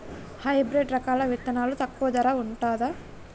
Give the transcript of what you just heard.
Hybrid రకాల విత్తనాలు తక్కువ ధర ఉంటుందా?